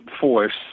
force